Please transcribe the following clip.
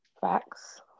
Facts